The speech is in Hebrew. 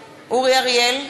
אריאל,